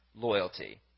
loyalty